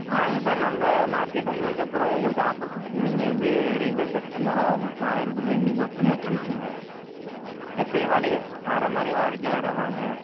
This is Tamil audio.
வாங்க சார் நம்ம மார்க்கெட் வந்ததுக்கப்புறம் உங்களுக்கு ஆஃபர் கொடுத்து நீங்கள் வந்து ரெகுலர் கஸ்டமராக நாளையில் இருந்து நீங்களும் ப்ரோமோட் பண்ணிக்கோங்க எப்போயும் வடையை வர்ற மாதிரி வாடிக்கையாளராக வாங்க